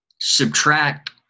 subtract